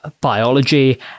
biology